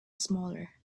smaller